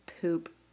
poop